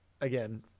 again